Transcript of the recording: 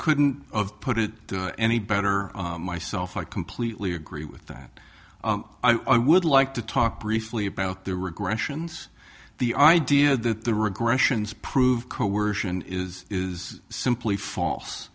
couldn't of put it any better myself i completely agree with that i would like to talk briefly about the regressions the idea that the regressions prove coercion is is simply false